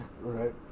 Right